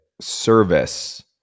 service